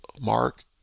Mark